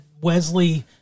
Wesley